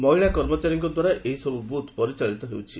ମହିଳା କର୍ମଚାରୀଙ୍କ ଦ୍ୱାରା ଏହିସବୁ ବୁଥ୍ ପରିଚାଳିତ ହେଉଛି